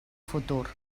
futur